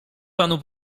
panu